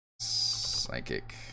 Psychic